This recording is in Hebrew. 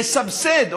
לסבסד.